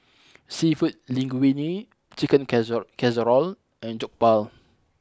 Seafood Linguine Chicken Casser Casserole and Jokbal